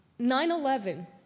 9-11